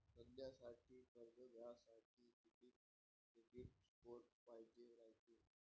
धंद्यासाठी कर्ज घ्यासाठी कितीक क्रेडिट स्कोर पायजेन रायते?